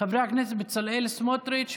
חברי הכנסת בצלאל סמוטריץ',